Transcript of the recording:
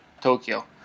Tokyo